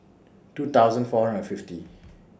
two thousand four hundred and fifty